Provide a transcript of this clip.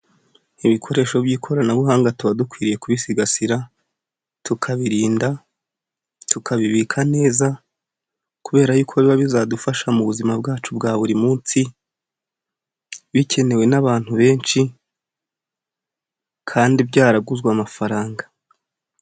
Ibikoresho by'ikoranabuhanga tuba dukwiriye kubisigasira, tukabirinda, tukabibika neza, kubera yuko biba bizadufasha mu buzima bwacu bwa buri munsi, bikenewe n'abantu benshi, kandi byaraguzwe amafaranga.